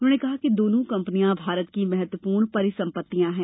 उन्होंने कहा कि दोनों कंपनियां भारत की महत्वपूर्ण परिसंपत्तियां हैं